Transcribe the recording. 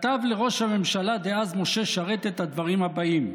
כתב לראש הממשלה דאז משה שרת את הדברים הבאים,